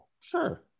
sure